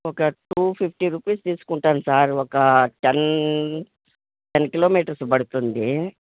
ఒక two fifty rupees తీసుకుంటాను sir ఒక టెన్ టెన్ కిలోమీటర్స్ పడుతుంది